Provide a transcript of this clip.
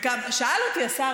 שאל אותי השר,